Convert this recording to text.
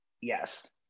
yes